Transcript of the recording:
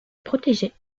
protégée